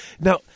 Now